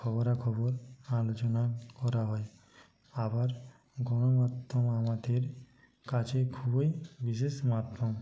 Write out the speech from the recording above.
খবরা খবর আলোচনা করা হয় আবার গণমাধ্যম আমাদের কাছে খুবই বিশেষ মাধ্যম